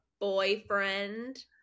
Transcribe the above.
boyfriend